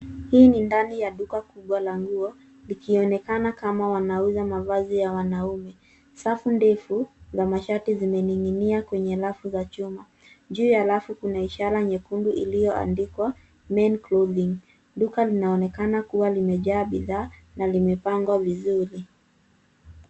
Hii ni ndani ya duka kubwa ya nguo likionekana kama wanauza mavazi ya wanaume, safu ndefu za mashati zimening'inia kwenye rafu za chuma. Juu ya rafu kuna ishara nyekundu ilioandikwa Men Clothing. Duka linaonekana kuwa limejaa bidhaa na limepangwa vizuri.